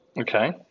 Okay